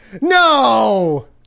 no